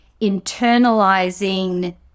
internalizing